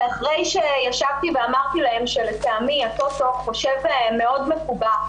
אחרי שישבתי ואמרתי להם שלטעמי הטוטו חושב מאוד מקובע,